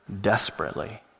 desperately